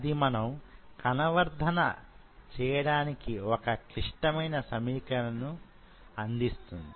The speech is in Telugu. అది మనం కనవర్ధన చేయడానికి వొక క్లిష్టమైన సమీకరణను బు అందిస్తుంది